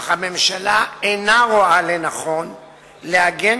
אך הממשלה אינה רואה לנכון לעגן